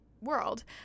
world